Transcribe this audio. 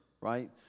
Right